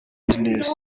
business